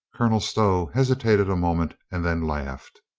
colonel stow hesitated a moment and then laughed.